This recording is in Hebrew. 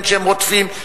בין שהם רודפים,